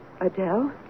Adele